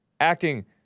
acting